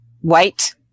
white